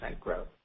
growth